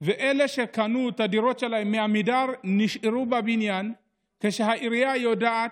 ואלה שקנו את הדירות שלהם מעמידר נשארו בבניין כשהעירייה יודעת,